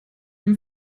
dem